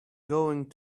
going